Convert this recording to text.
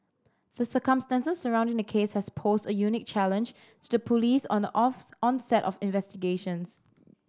the circumstances surrounding the case has posed a unique challenge to the Police on the onset of investigations